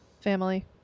family